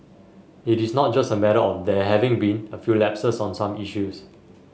it is not just a matter of there having been few lapses on some issues